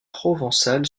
provençal